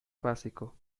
básico